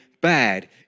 bad